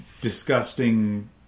disgusting